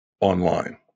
online